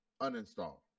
uninstall